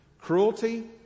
Cruelty